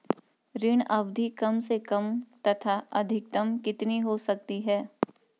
ऋण अवधि कम से कम तथा अधिकतम कितनी हो सकती है?